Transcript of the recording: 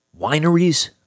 Wineries